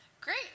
Great